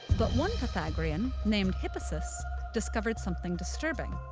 but one pythagorean named hippasus discovered something disturbing.